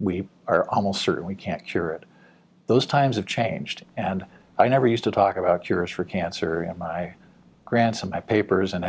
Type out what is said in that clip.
we are almost certain we can't cure it those times have changed and i never used to talk about yours for cancer my grandson my papers